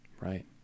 Right